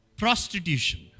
prostitution